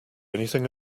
anything